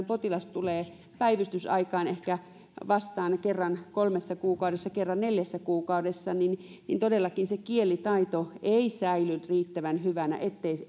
potilas tulee päivystysaikaan vastaan ehkä kerran kolmessa kuukaudessa tai kerran neljässä kuukaudessa niin niin todellakaan se kielitaito ei säily riittävän hyvänä